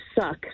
suck